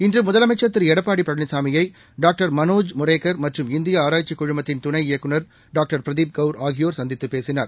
இன்று முதலமைச்சா் திரு எடப்பாடி பழனிசாமியை டாக்டர் மனோஜ் மொரேக்கர் மற்றும் இந்திய ஆராய்ச்சிக் குழுமத்தின் துணை இயக்குநர் டாக்டர் பிரதீப் கவுர் ஆகியோர் சந்தித்து பேசினார்